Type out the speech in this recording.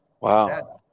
Wow